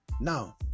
now